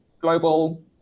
global